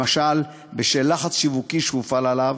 למשל בשל לחץ שיווקי שהופעל עליו,